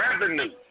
revenue